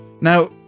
Now